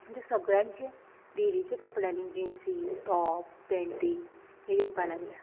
आमचे सगळ्यांचे डेलीच्या कपड्यांनी जिन्सी टॉप पँटी हे येवपा लागल्या